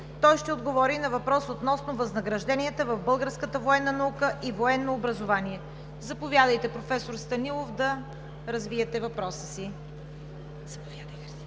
Той ще отговори на въпрос относно възнагражденията в българската военна наука и военно образование. Заповядайте, професор Станилов, да развиете въпроса си.